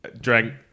drank